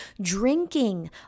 drinking